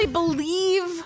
believe